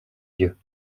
vieux